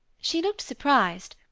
she looked surprised,